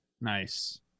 Nice